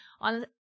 on